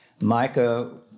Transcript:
Micah